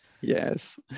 Yes